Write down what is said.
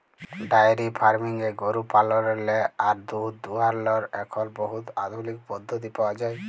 diary ফার্মিংয়ে গরু পাললেরলে আর দুহুদ দুয়ালর এখল বহুত আধুলিক পদ্ধতি পাউয়া যায়